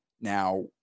Now